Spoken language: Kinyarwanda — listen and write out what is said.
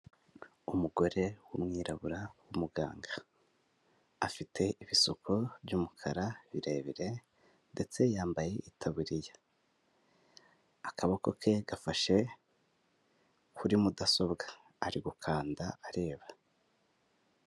Umugore w'umwirabura, w'umuganga. Afite ibisuko by'umukara, birebire, ndetse yambaye itaburiya. Akaboko ke gafashe kuri mudasobwa. Ari gukanda, areba.